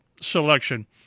selection